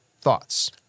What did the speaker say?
thoughts